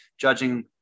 judging